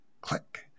click